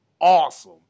awesome